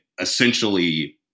essentially